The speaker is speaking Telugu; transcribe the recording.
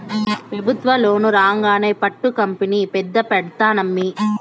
పెబుత్వ లోను రాంగానే పట్టు కంపెనీ పెద్ద పెడ్తానమ్మీ